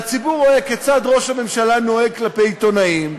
והציבור רואה כיצד ראש הממשלה נוהג כלפי עיתונאים,